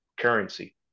currency